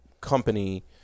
company